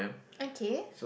okay